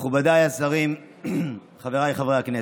מכובדיי השרים, חבריי חברי הכנסת,